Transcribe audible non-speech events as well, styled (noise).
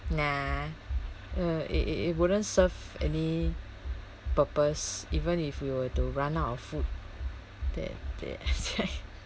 nah uh it it it wouldn't serve any purpose even if we were to run out of food that that (laughs)